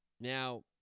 Now